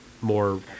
more